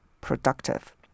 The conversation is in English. productive